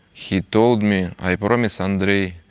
he told me i promise andrey,